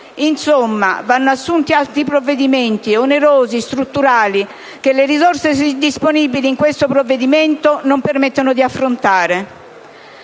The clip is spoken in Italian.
Insomma, vanno assunti altri provvedimenti, onerosi e strutturali, che le risorse disponibili in questo provvedimento non permettono di affrontare.